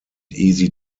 easy